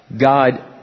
God